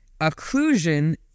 occlusion